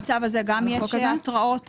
במצב הזה יש התראות?